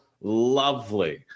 lovely